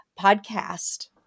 podcast